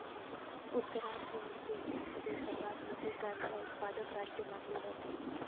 उत्तराखंड हे भारतातील सर्वात मोठे गांजा उत्पादक राज्य मानले जाते